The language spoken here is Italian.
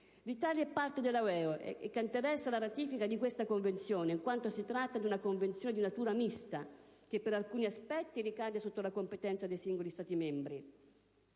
l'Italia è parte dell'UE, la quale ha interesse alla ratifica della richiamata convenzione in quanto si tratta di una convenzione di natura «mista», che per alcuni aspetti ricade sotto la competenza dei singoli Stati membri